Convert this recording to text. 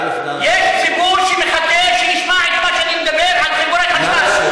יש ציבור שמחכה לשמוע את מה שאני אומר על חיבורי חשמל.